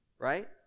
Right